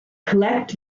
collect